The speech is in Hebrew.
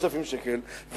נניח ב-4,000 או ב-5,000 שקל,